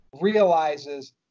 realizes